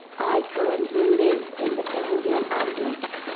i currently live in the peruvian andes,